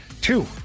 two